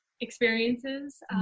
experiences